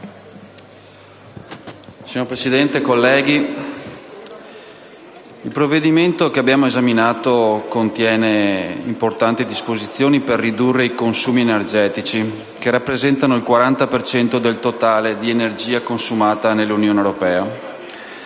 Signora Presidente, colleghi, il provvedimento che abbiamo esaminato contiene importanti disposizioni per ridurre i consumi energetici nel settore edilizio, che rappresentano il 40 per cento del totale di energia consumata nell'Unione europea.